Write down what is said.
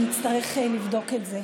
אני אצטרך לבדוק את זה,